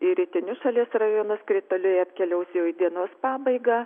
į rytinius šalies rajonus krituliai atkeliaus jau į dienos pabaigą